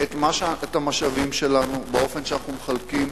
את המשאבים שלנו באופן שאנחנו מחלקים,